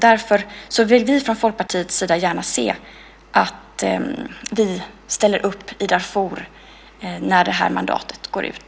Därför vill vi från Folkpartiets sida gärna se att vi ställer upp i Darfur när det här mandatet går ut.